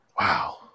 Wow